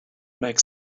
make